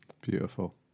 Beautiful